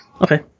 Okay